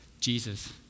Jesus